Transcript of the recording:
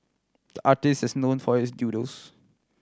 the artist is known for his doodles